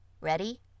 Ready